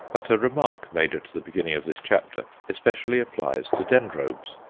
but a remark made at the beginning of this chapter especially applies to dendrobes.